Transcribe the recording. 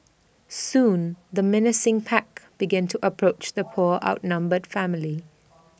soon the menacing pack begin to approach the poor outnumbered family